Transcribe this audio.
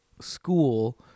school